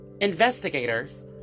Investigators